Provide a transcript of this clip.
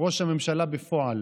ראש הממשלה בפועל,